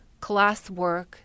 classwork